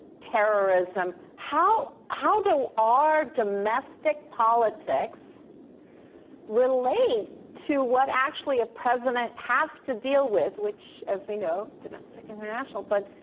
terrorism. how how do our domestic politics relate to what actually a president has to deal with, which as we know, domestic and international, but.